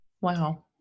Wow